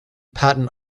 patton